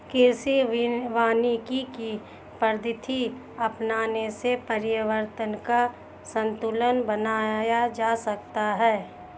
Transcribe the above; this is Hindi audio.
कृषि वानिकी की पद्धति अपनाने से पर्यावरण का संतूलन बनाया जा सकता है